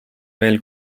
veel